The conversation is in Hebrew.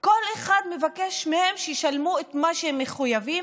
כל אחד מבקש מהם שישלמו את מה שהם מחויבים,